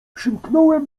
przymknąłem